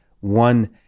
one